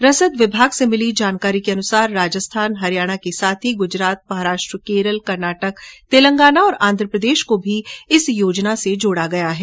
रसद विभाग से मिली जानकारी के अनुसार राजस्थान और हरियाणा के साथ ही गुजरात तथा महाराष्ट्र केरल कर्नाटक तेलंगाना और आंध्रप्रदेश को भी इस योजना से जोड़ा गया है